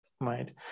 right